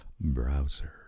browser